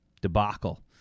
debacle